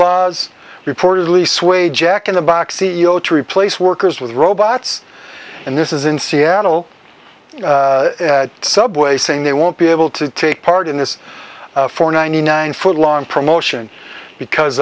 laws reportedly sway jack in the box c e o to replace workers with robots and this is in seattle subway saying they won't be able to take part in this for ninety nine foot long promotion because